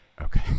Okay